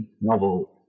novel